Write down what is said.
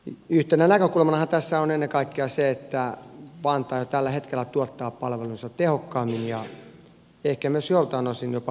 yhtenä näkökulmanahan tässä on ennen kaikkea se että vantaa jo tällä hetkellä tuottaa palvelunsa tehokkaammin ja ehkä joltakin osin jopa laadukkaammin kuin helsinki